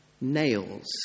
Nails